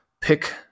pick